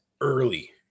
early